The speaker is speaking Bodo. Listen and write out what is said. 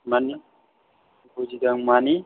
माने बुजिबाय आं माने